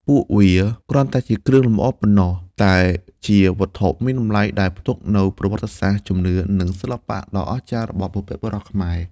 ពួកវាគ្រាន់តែជាគ្រឿងលម្អប៉ុណ្ណោះ តែជាវត្ថុមានតម្លៃដែលផ្ទុកនូវប្រវត្តិសាស្ត្រ ជំនឿ និងសិល្បៈដ៏អស្ចារ្យរបស់បុព្វបុរសខ្មែរ។